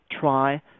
try